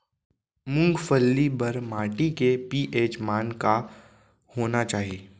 मूंगफली बर माटी के पी.एच मान का होना चाही?